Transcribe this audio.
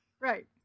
Right